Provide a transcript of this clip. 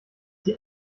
die